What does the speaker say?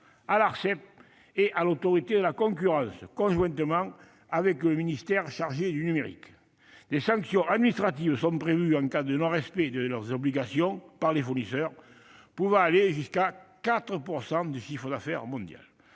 leur donnant davantage de compétences, conjointement avec le secrétariat d'État chargé du numérique. Des sanctions administratives sont prévues en cas de non-respect de leurs obligations par les fournisseurs, pouvant aller jusqu'à 4 % du chiffre d'affaires mondial.